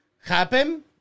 Happen